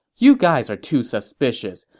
you guys are too suspicious.